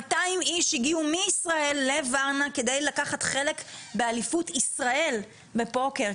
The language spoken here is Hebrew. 200 איש הגיעו מישראל לוורנה כדי לקחת חלק באליפות ישראל בפוקר,